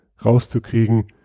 rauszukriegen